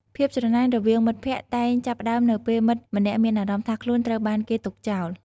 ភាពច្រណែនរវាងមិត្តភក្តិតែងចាប់ផ្ដើមនៅពេលមិត្តម្នាក់មានអារម្មណ៍ថាខ្លួនត្រូវបានគេទុកចោល។